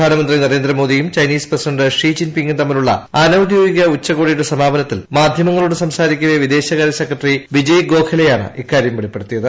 പ്രധാനമന്ത്രി നരേന്ദ്രമോദിയും Chinese president Xi ജിൻ പിങും തമ്മിലുള്ള അനൌദ്യോഗിക ഉച്ചകോടിയുടെ സമാപനത്തിൽ മാധ്യമങ്ങളോട് സംസാരിക്കവെ വിദേശകാര്യ സെക്രട്ടറി വിജയ് ഗോഖലെയാണ് ഇക്കാര്യം വെളിപ്പെടുത്തിയത്